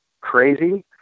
crazy